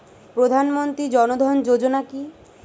প্রধানমন্ত্রী জনধন যোজনা কি?